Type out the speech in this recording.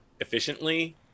efficiently